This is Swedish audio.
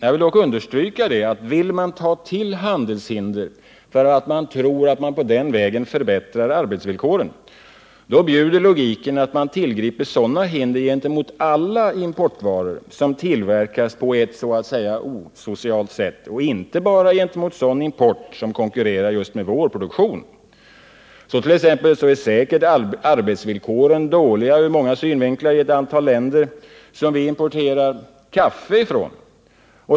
Jag vill dock understryka att vill man ta till handelshinder för att man tror att man därmed förbättrar arbetsvillkoren, då bjuder logiken att man tillgriper sådana hinder gentemot alla importvaror som tillverkas på ett så att säga osocialt sätt och inte bara gentemot sådan import som konkurrerar just med vår produktion. är säkert arbetsvillkoren dåliga ur många synvinklar i ett antal länder som vi importerar kaffe ifrån.